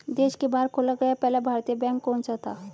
देश के बाहर खोला गया पहला भारतीय बैंक कौन सा था?